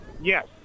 Yes